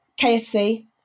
KFC